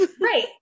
right